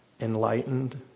enlightened